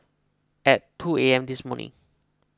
at two A M this morning